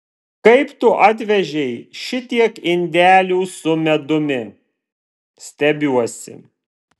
kaip tu atvežei šitiek indelių su medumi stebiuosi